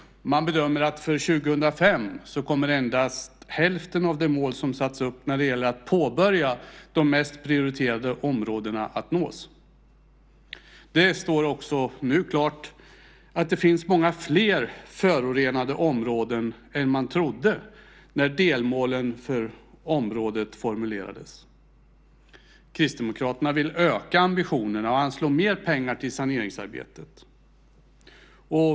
Man bedömer att för 2005 kommer endast hälften av det mål som satts upp när det gäller att påbörja de mest prioriterade områdena att nås. Det står också nu klart att det finns många fler förorenade områden än man trodde när delmålen för området formulerades. Kristdemokraterna vill öka ambitionerna och anslå mer pengar till saneringsarbetet.